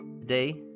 Today